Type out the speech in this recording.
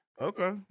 Okay